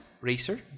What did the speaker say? Racer